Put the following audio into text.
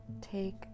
take